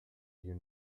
you